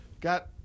Got